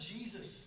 Jesus